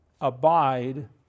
Abide